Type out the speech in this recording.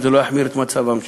אם זה לא יחמיר את מצבם שם.